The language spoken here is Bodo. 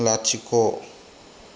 लाथिख'